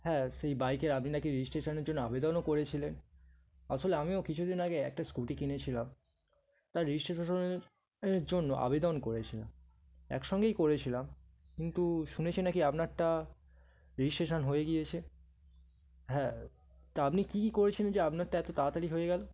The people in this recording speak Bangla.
হ্যাঁ সেই বাইকের আপনি নাকি রেজিস্ট্রেশনের জন্য আবেদনও করেছিলেন আসলে আমিও কিছুদিন আগে একটা স্কুটি কিনেছিলাম তার রেজিস্ট্রেশনের জন্য আবেদন করেছিলাম একসঙ্গেই করেছিলাম কিন্তু শুনেছি নাকি আপনারটা রেজিস্ট্রেশন হয়ে গিয়েছে হ্যাঁ তা আপনি কী কী করেছিলেন যে আপনারটা এত তাড়াতাড়ি হয়ে গেল